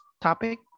topic